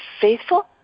faithful